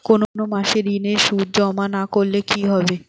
কোনো মাসে ঋণের সুদ জমা না করলে কি হবে?